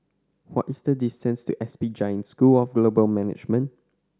what is the distance to S P Jain School of Global Management